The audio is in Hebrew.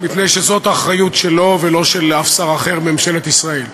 מפני שזאת האחריות שלו ולא של אף שר אחר בממשלת ישראל.